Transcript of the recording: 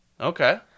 Okay